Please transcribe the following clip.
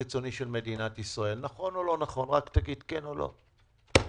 שהורדת דירוג האשראי של מדינת ישראל יהיה במקרה הטוב ל-A